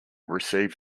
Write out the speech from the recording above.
receive